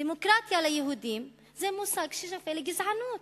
דמוקרטיה ליהודים זה מושג ששווה לגזענות.